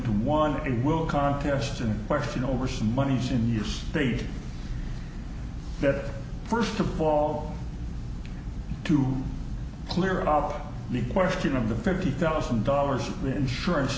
into one and will contest in question over some money in your state that first of all to clear out the question of the fifty thousand dollars insurance